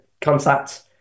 contact